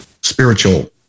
spiritual